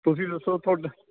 ਤੁਸੀਂ ਦੱਸੋ ਤੁਹਾਡਾ